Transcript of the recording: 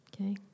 okay